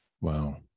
Wow